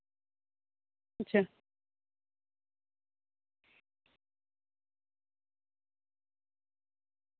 ᱟᱪᱪᱷᱟ